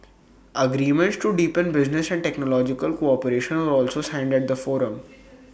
agreements to deepen business and technological cooperation were also signed at the forum